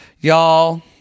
Y'all